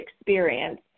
experience